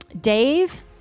Dave